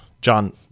john